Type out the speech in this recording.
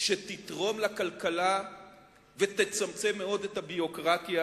שתתרום לכלכלה ותצמצם את הביורוקרטיה